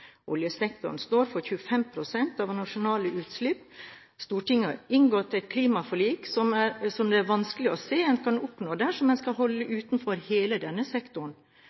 Oljesektoren står for 25 pst. av våre nasjonale utslipp. Stortinget har inngått et klimaforlik som det er vanskelig å se at en kan oppnå dersom en skal holde utenfor hele denne sektoren.